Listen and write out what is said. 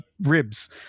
ribs